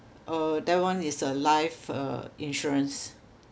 uh that one is a life uh insurance